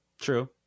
true